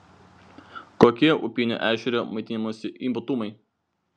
kokie upinio ešerio maitinimosi ypatumai